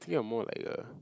think of more like a